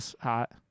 hot